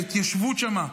ההתיישבות שם.